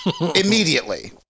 immediately